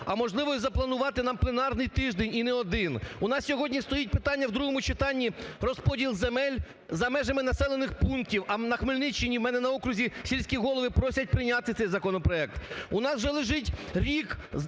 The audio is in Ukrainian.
а можливо і запланувати нам пленарний тиждень і не один. У нас сьогодні стоїть питання в другому читанні – розподіл земель за межами населених пунктів, а на Хмельниччині у мене на окрузі сільські голови просять прийняти цей законопроект.